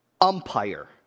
Umpire